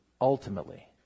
ultimately